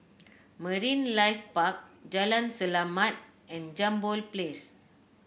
Marine Life Park Jalan Selamat and Jambol Place